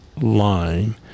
line